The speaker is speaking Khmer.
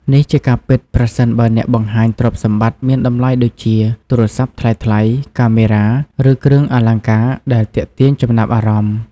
នេះជាការពិតប្រសិនបើអ្នកបង្ហាញទ្រព្យសម្បត្តិមានតម្លៃដូចជា ទូរស័ព្ទថ្លៃៗ កាមេរ៉ា ឬគ្រឿងអលង្ការដែលទាក់ទាញចំណាប់អារម្មណ៍។